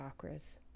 chakras